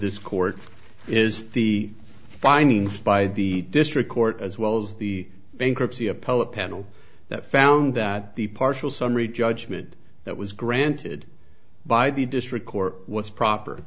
this court is the findings by the district court as well as the bankruptcy appellate panel that found that the partial summary judgment that was granted by the district court was proper